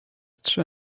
trzy